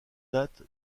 date